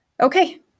Okay